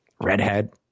redhead